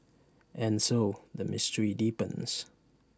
and so the mystery deepens